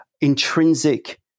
intrinsic